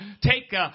take